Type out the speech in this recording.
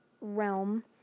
realm